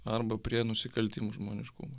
arba prie nusikaltimų žmoniškumui